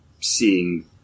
seeing